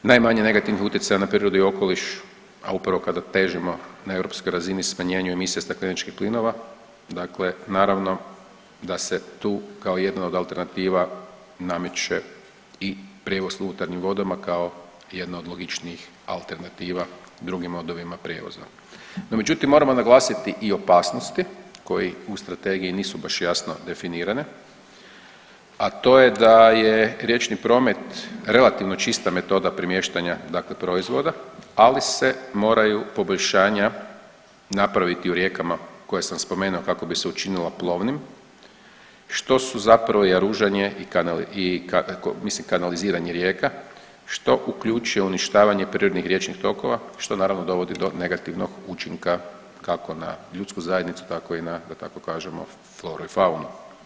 Najmanje negativnih utjecaja na prirodu i okoliš, a upravo kada težimo na europskoj razini smanjenju emisija stakleničkih plinova, dakle naravno da se tu kao jedna od alternativa nameće i prijevoz u unutarnjim vodama kao jedna od logičnijih alternativa drugima … No međutim, moramo naglasiti i opasnosti koji u strategiji nisu baš jasno definirane, a to je da je riječni promet relativno čista metoda premiještanja, dakle proizvoda ali se moraju poboljšanja napraviti u rijekama koje sam spomenuo kako bi se učinila plovnim što su zapravo jaružanje i mislim kanaliziranje rijeka što uključuje uništavanje prirodnih riječnih tokova što naravno dovodi do negativnog učinka kako na ljudsku zajednicu, tako i na ta tako kažemo floru i faunu.